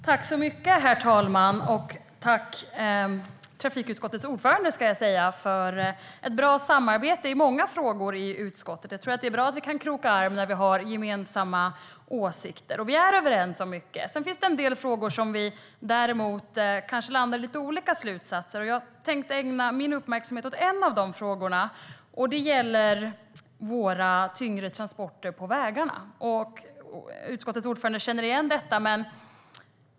Herr talman! Jag vill tacka trafikutskottets ordförande för ett bra samarbete i utskottet i många frågor. Jag tror att det är bra att vi kan kroka arm när vi har gemensamma åsikter, och vi är överens om mycket. Sedan finns det en del frågor där vi kanske landar i lite olika slutsatser. Jag tänkte ägna min uppmärksamhet åt en av de frågorna. Det gäller våra tyngre transporter på vägarna. Utskottets ordförande känner igen detta.